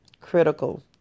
critical